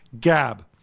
gab